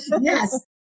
Yes